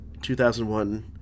2001